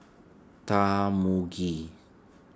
Tarmugi